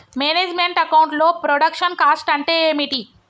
Manage meant account లో production cost అంటే ఏమిటి?